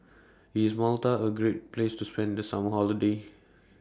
IS Malta A Great Place to spend The Summer Holiday